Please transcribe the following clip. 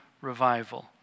revival